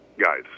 Guys